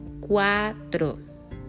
Cuatro